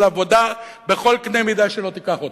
של עבודה בכל קנה מידה שלא תיקח אותה.